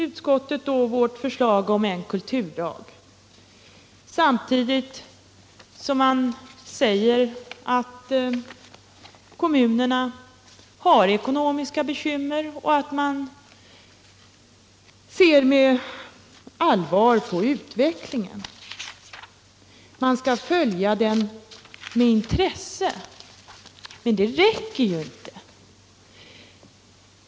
Utskottet avvisar vårt förslag om en kulturlag samtidigt som man säger att kommunerna har ekonomiska bekymmer och att man ser med allvar på utvecklingen. Man skall följa utvecklingen med intresse. Men det räcker ju inte!